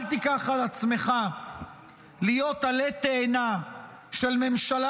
אל תיקח על עצמך להיות עלה תאנה של ממשלה